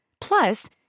Plus